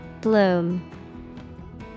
Bloom